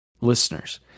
listeners